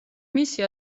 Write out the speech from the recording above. მისი